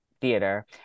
theater